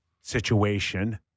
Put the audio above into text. situation